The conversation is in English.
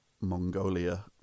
Mongolia